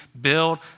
build